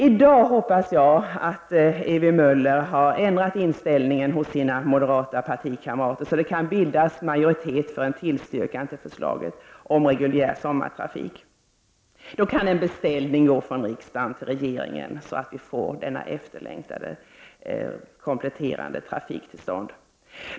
I dag hoppas jag att Ewy Möller har ändrat inställningen hos sina moderata partikamrater, så att det bildas majoritet för en tillstyrkan till förslaget om reguljär sommartrafik. Då kan en beställning gå från riksdagen till regeringen så att denna efterlängtade kompletterande trafik kommer till stånd.